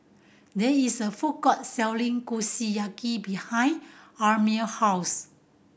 there is a food court selling Kushiyaki behind Amil house